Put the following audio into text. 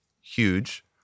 huge